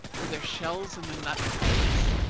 were there shells in the nut cakes?